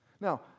Now